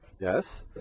yes